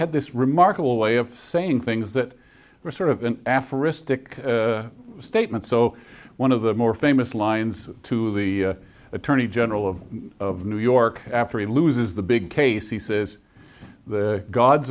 had this remarkable way of saying things that were sort of an aphoristic statement so one of the more famous lines to the attorney general of new york after he loses the big case he says the gods